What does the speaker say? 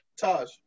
Taj